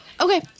Okay